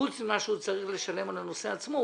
חוץ ממה שהוא צריך לשלם על הנושא עצמו.